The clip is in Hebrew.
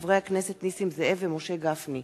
מאת חברי הכנסת נסים זאב ומשה גפני,